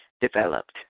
developed